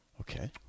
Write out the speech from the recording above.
Okay